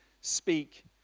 speak